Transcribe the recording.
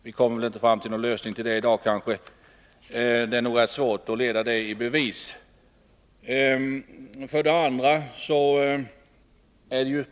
Vi kommer kanske inte fram till något definitivt svar på den frågan i dag, men det är nog rätt svårt att ledai bevis att underhållet är eftersatt.